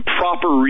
proper